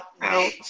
out